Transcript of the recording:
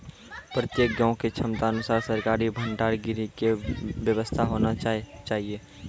प्रत्येक गाँव के क्षमता अनुसार सरकारी भंडार गृह के व्यवस्था होना चाहिए?